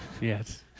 Yes